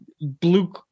blue